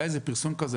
היה פרסום כזה.